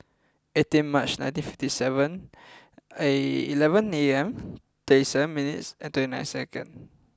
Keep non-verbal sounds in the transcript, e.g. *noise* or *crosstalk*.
eighteen March nineteen fifty seven *hesitation* eleven A M thirty seven minutes and twenty nine second